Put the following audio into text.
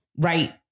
right